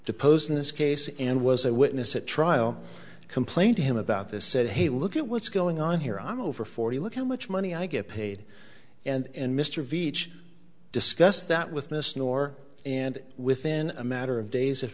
deposed in this case and was a witness at trial complained to him about this said hey look at what's going on here i'm over forty look how much money i get paid and mr veatch discussed that with miss nor and within a matter of days if